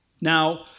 Now